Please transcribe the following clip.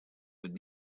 would